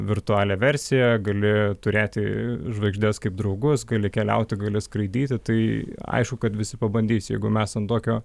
virtualią versiją gali turėti žvaigždes kaip draugus gali keliauti gali skraidyti tai aišku kad visi pabandys jeigu mes ant tokio